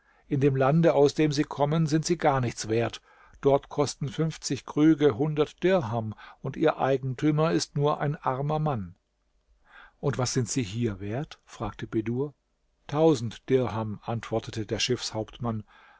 in dem lande aus dem sie kommen sind sie gar nichts wert dort kosten fünfzig krüge hundert dirham und ihr eigentümer ist nur ein armer mann und was sind sie hier wert fragte bedur tausend dirham antwortete der